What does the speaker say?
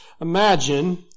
imagine